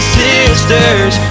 sisters